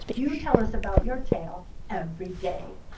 you tell us about your tail everyday.